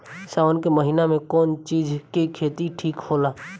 सावन के महिना मे कौन चिज के खेती ठिक होला?